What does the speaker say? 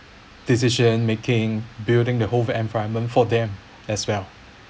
decision making building the whole environment for them as well